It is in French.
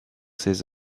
ses